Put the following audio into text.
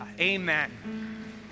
Amen